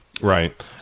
Right